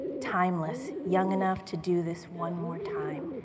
timeless, young enough to do this one more time.